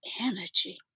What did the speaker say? energy